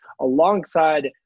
alongside